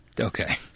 Okay